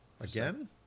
Again